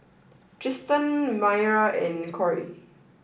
Trystan Mayra and Corry